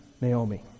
Naomi